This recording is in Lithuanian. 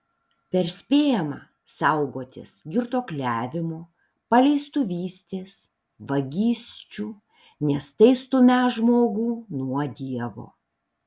perspėjama saugotis girtuokliavimo paleistuvystės vagysčių nes tai stumią žmogų nuo dievo